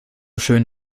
schön